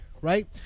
right